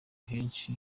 henshi